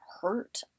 hurt